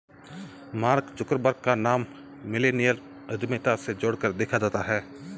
mark Zuckerberg का नाम millennial उद्यमिता से जोड़कर देखा जाता है